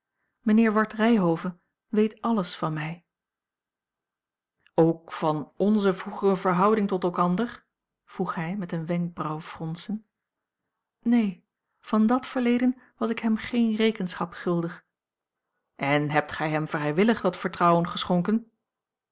mijnheer ward ryhove weet alles van mij ook van onze vroegere verhouding tot elkander vroeg hij met een wenkbrauwfronsen neen van dàt verleden was ik hem geen rekenschap schuldig en hebt gij hem vrijwillig dat vertrouwen geschonken